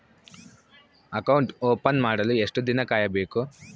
Account open ಮಾಡಲು ಎಷ್ಟು ದಿನ ಕಾಯಬೇಕು?